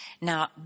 Now